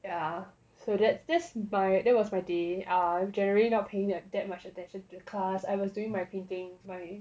ya so that's my that was my day I'm generally not paying that much attention to the class I was doing my painting my